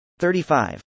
35